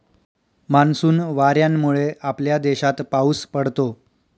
monsoon वाऱ्यांमुळे आपल्या देशात पाऊस पडतो